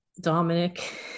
Dominic